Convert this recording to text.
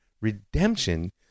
Redemption